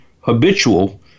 habitual